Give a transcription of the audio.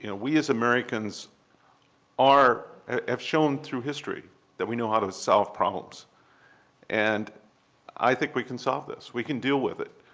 and we as americans have shown through history that we know how to solve problems and i think we can solve this. we can deal with it,